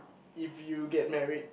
if you get married